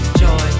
joy